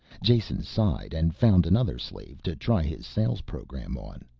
jason sighed and found another slave to try his sales program on.